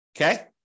okay